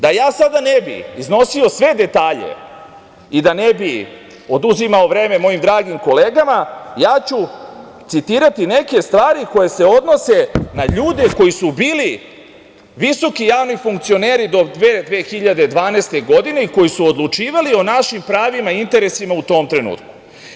Da ja sada ne bih iznosio sve detalje i da ne bih oduzimao vreme mojim dragim kolegama, ja ću citirati neke stvari koje se odnose na ljude koji su bili visoki javni funkcioneri do te 2012. godine i koji su odlučivali o našim pravima i interesima u tom trenutku.